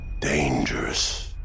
dangerous